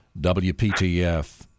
WPTF